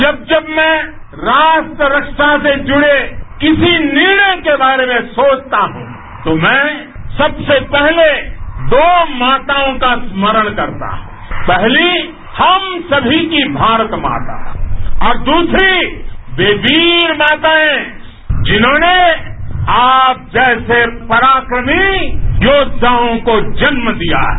जब जब मैं राष्ट्र ख्वा से जुड़े किसी निर्णय के बारे में सोचता हूं तो मैं सबसे पहले दो माताओं का स्मरण करता हूं पहली हम समी की भारतमाता और दूसरी वे वीर माताएं जिन्होंने आप जैसे पराक्रमी योद्वायों को जन्म दिया है